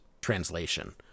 translation